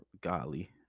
Golly